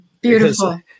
beautiful